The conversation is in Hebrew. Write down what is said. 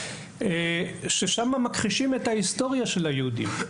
ושם מכחישים את ההיסטוריה של היהודים.